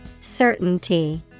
Certainty